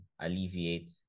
alleviate